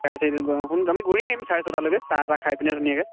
চাৰে চাৰিটাত গৈ অ' আমি ঘূৰি আহিম চাৰে ছয়টালৈকে চাহ তাহ খাই পিনে ধুনীয়াকৈ